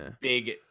big